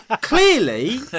clearly